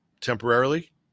temporarily